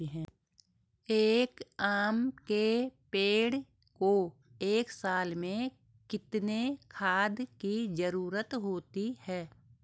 एक आम के पेड़ को एक साल में कितने खाद की जरूरत होती है?